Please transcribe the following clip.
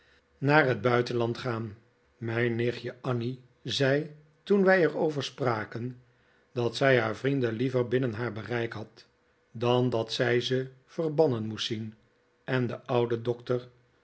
naar het buitenland gaan mijn nichtje annie zei toen wij er over spraken dat zij haar vrienden liever binnen haar bereik had dan dat zij ze verbannen moest zien en de oude